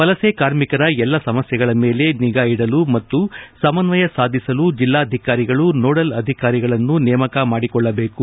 ವಲಸೆ ಕಾರ್ಮಿಕರ ಎಲ್ಲ ಸಮಸ್ಯೆಗಳ ಮೇಲೆ ನಿಗಾ ಇಡಲು ಮತ್ತು ಸಮನ್ವಯ ಸಾಧಿಸಲು ಜಿಲ್ಲಾಧಿಕಾರಿಗಳು ನೋಡಲ್ ಅಧಿಕಾರಿಗಳನ್ನು ನೇಮಕ ಮಾಡಿಕೊಳ್ಳಬೇಕು